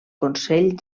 consell